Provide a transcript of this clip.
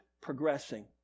progressing